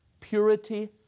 purity